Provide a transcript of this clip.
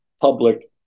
public